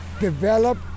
develop